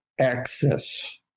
access